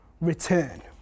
return